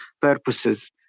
purposes